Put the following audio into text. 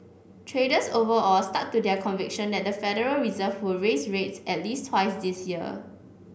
traders overall stuck to their conviction that the Federal Reserve who raise rates at least twice this year